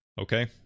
okay